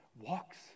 walks